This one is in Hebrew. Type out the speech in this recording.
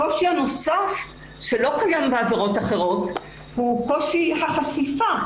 קושי נוסף שלא קיים בעבירות אחרות הוא קושי החשיפה